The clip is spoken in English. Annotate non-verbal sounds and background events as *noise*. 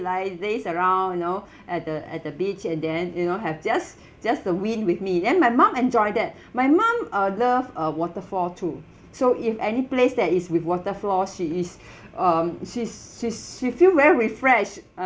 like laze around you know *breath* at the at the beach and then you know have just *breath* just the wind with me then my mum enjoy that *breath* my mum uh love uh waterfall too so if any place that is with waterfall she is *breath* um she's she's she feel very refreshed